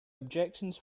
objections